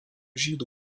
žydų